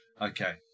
Okay